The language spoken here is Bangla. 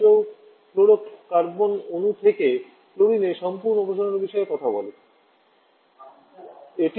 হাইড্রোফ্লোরোকার্বন অণু থেকে ক্লোরিনের সম্পূর্ণ অপসারণের বিষয়ে কথা বলি